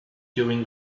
during